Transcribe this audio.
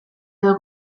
edo